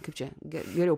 kaip čia ge geriau